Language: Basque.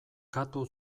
katu